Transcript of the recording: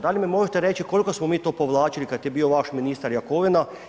Da li mi možete reći, koliko smo mi to povlačili kada je bio vaš ministar Jakovina?